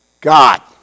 God